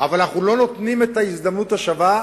אבל אנחנו לא נותנים את ההזדמנות השווה.